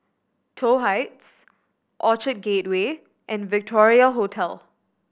Toh Heights Orchard Gateway and Victoria Hotel